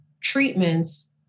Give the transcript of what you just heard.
treatments